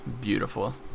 beautiful